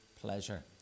pleasure